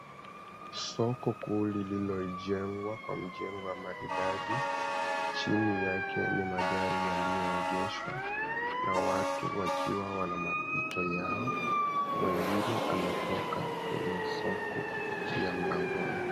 Soko kuu lililojengwa kwa mjengo wa maridadi. Chini yake ni magari yaliyoegeshwa na watu wakiwa wana mapito yao. Mwingine ametoka kwenye soko kupitia mlangoni.